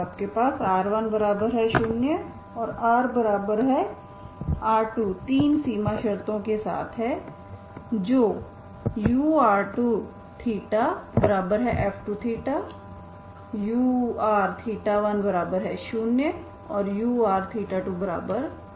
तो आपके पास r10 और rr2 तीन सीमा शर्तों के साथ है जो ur2θf2θ ur10 और ur20 हैं